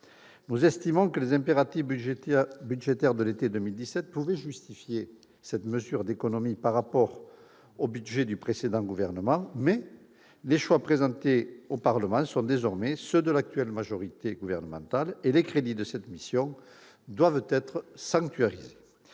Nous estimons que les impératifs budgétaires de l'été 2017 pouvaient justifier cette mesure d'économie par rapport au budget du précédent gouvernement, mais les choix présentés au Parlement sont désormais ceux de l'actuelle majorité gouvernementale. Les crédits de cette mission doivent être sanctuarisés.